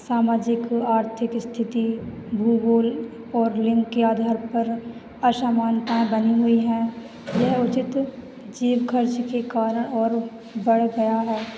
सामाजिक आर्थिक स्थिति भूगोल और लिंग के आधार पर असामानताएँ बनी हुई हैं यह उचित जेब खर्च के कारण और बढ़ गया है